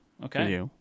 Okay